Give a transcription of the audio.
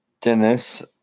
Dennis